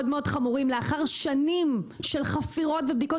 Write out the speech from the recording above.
מאוד חמורים לאחר שנים של חפירות ובדיקות,